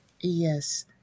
yes